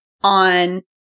on